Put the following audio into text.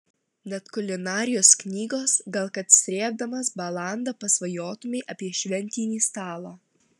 net kulinarijos knygos gal kad srėbdamas balandą pasvajotumei apie šventinį stalą